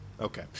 Okay